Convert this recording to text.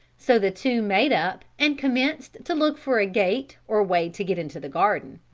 so the two made up and commenced to look for a gate or way to get into the garden.